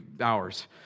hours